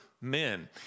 men